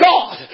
God